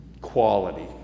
quality